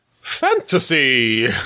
Fantasy